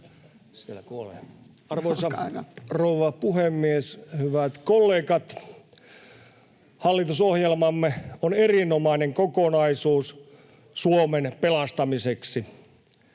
Arvoisa rouva puhemies! Hyvät kollegat! Hallitusohjelmamme on erinomainen kokonaisuus Suomen pelastamiseksi.